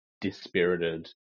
dispirited